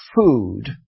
food